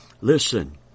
Listen